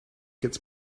gets